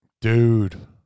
Dude